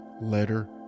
letter